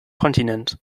kontinent